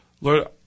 lord